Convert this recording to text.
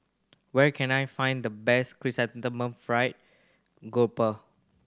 where can I find the best Chrysanthemum Fried Grouper